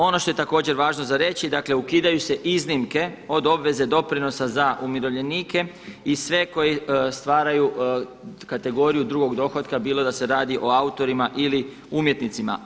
Ono što je također važno za reći, dakle ukidaju se iznimke od obveze doprinosa za umirovljenike i sve koji stvaraju kategoriju drugog dohotka bilo da se radi o autorima ili umjetnicima.